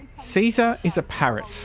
caesar is a parrot.